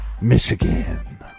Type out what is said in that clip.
Michigan